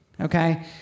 okay